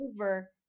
over